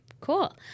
cool